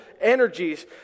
energies